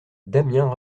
damiens